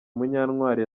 munyantwari